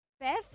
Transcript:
Beth